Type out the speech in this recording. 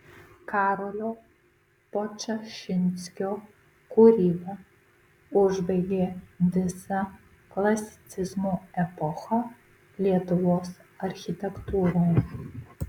karolio podčašinskio kūryba užbaigė visą klasicizmo epochą lietuvos architektūroje